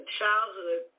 childhood